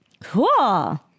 Cool